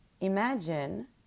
Imagine